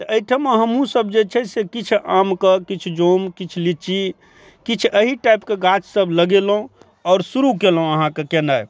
तऽ अइठमा हमहु सब जे छै से किछु आमके किछु जोम किछु लीची किछु अही टाइपके गाछ सब लगेलहुँ आओर शुरू कयलहुँ अहाँके केनाइ